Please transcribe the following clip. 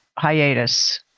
hiatus